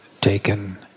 taken